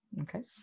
Okay